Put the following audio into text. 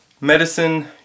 medicine